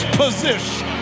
position